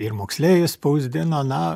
ir moksleivis spausdino na